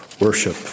worship